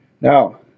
Now